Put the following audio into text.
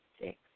six